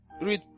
Read